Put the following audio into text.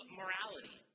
morality